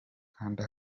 kanda